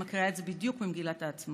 אני מקריאה את זה בדיוק ממגילת העצמאות.